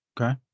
Okay